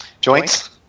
joints